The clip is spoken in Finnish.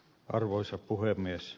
arvoisa puhemies